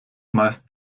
meist